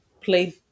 play